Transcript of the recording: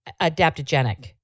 adaptogenic